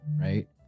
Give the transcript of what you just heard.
right